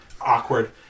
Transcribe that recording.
awkward